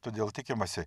todėl tikimasi